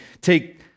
take